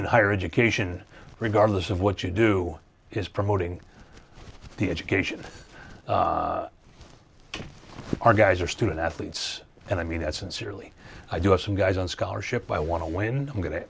education regardless of what you do is promoting the education our guys are student athletes and i mean that sincerely i do have some guys on scholarship i want to win i'm going to